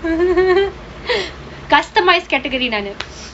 customised category நானு:naanu